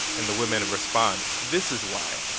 and the women and respond, this is why.